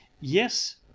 Yes